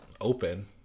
open